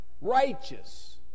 Righteous